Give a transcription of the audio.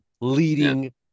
leading